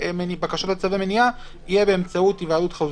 מניעה יהיה באמצעות היוועדות חזותית,